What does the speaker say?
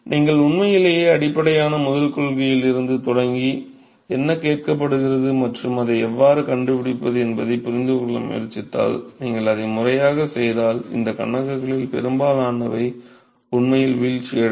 நீங்கள் உண்மையிலேயே அடிப்படையான முதல் கொள்கையில் இருந்து தொடங்கி என்ன கேட்கப்படுகிறது மற்றும் அதை எவ்வாறு கண்டுபிடிப்பது என்பதைப் புரிந்து கொள்ள முயற்சித்தால் நீங்கள் அதை முறையாகச் செய்தால் இந்த கணக்குகளில் பெரும்பாலானவை உண்மையில் வீழ்ச்சியடையும்